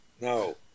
No